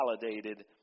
validated